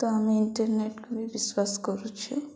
ତ ଆମେ ଇଣ୍ଟରନେଟ୍କୁ ବି ବିଶ୍ୱାସ କରୁଛୁ